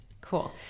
cool